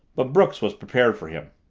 but brooks was prepared for him.